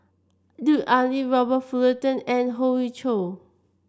Lut Ali Robert Fullerton and Hoey Choo